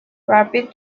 rapid